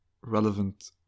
relevant